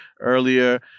earlier